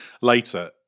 later